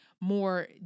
more